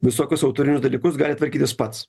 visokius autorinius dalykus gali tvarkytis pats